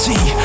See